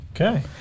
Okay